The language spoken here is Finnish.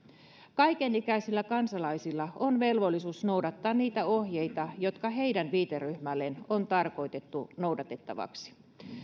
kaikenikäisillä kansalaisilla on velvollisuus noudattaa niitä ohjeita jotka heidän viiteryhmälleen on tarkoitettu noudatettavaksi